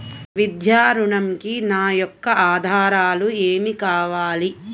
విద్యా ఋణంకి నా యొక్క ఆధారాలు ఏమి కావాలి?